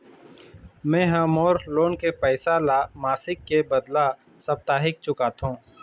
में ह मोर लोन के पैसा ला मासिक के बदला साप्ताहिक चुकाथों